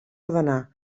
ordenar